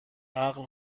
عقل